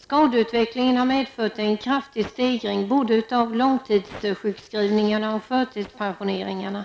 Skadeutvecklingen har medfört en kraftig stegring både av långtidssjukskrivningarna och av förtidspensioneringarna.